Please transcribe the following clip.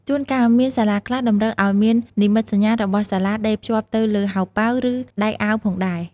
ជួនកាលមានសាលាខ្លះតម្រូវឱ្យមាន និមិត្តសញ្ញា របស់សាលាដេរភ្ជាប់នៅលើហោប៉ៅ ឬដៃអាវផងដែរ។